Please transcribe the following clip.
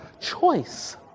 choice